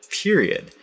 period